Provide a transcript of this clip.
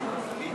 חברי הכנסת,